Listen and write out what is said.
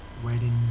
wedding